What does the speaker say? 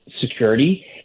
security